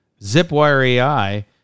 Zipwire.ai